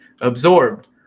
absorbed